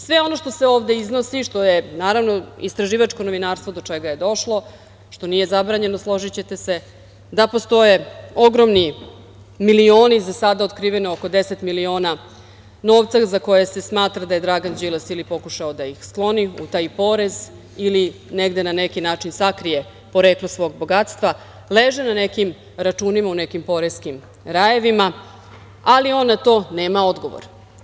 Sve ono što se ovde iznosi i što je, naravno, istraživačko novinarstvo, do čega je došlo, što nije zabranjeno, složićete se, da postoje ogromni milioni, za sada otkriveno oko 10 miliona novca, za koje se smatra da je Dragan Đilas ili pokušao da ih skloni u taj porez ili na neki način da sakrije poreklo svog bogatstva, leže na nekim računima u nekim poreskim rajevima, ali on na to nema odgovor.